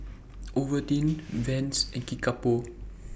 Ovaltine Vans and Kickapoo